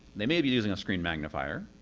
they may be using a screen magnifier.